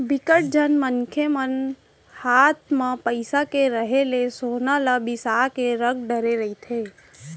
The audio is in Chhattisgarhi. बिकट झन मनसे मन हात म पइसा के रेहे ले सोना ल बिसा के रख डरे रहिथे